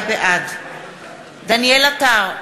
בעד דניאל עטר,